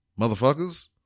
Motherfuckers